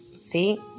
See